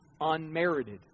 unmerited